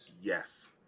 Yes